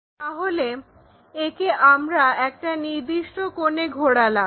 তাহলে একে আমরা একটা নির্দিষ্ট কোণে ঘোরালাম